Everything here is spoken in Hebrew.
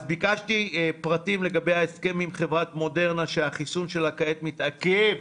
ביקשתי פרטים לגבי ההסכם עם חברת מודרנה שהחיסון שלה כעת מתעכב.